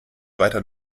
weiter